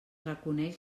reconeix